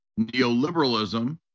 neoliberalism